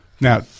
Now